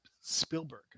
Spielberg